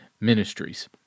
ministries